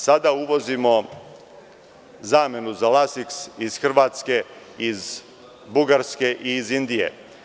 Sada uvozimo zamenu za lasiks iz Hrvatske, iz Bugarske i iz Indije.